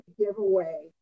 giveaway